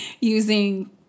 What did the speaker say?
using